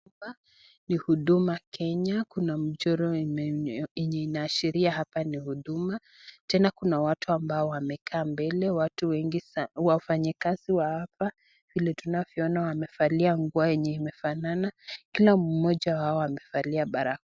Hapa ni huduma Kenya, kuna mchoro yenye inaashiria hapa ni huduma, tena kuna watu ambao wamekaa mbele, watu wengi sana, wafanyikazi wa hapa vile tunavyoona wamevalia nguo yenye inafanana, kila mmoja wao amevalia barakoa.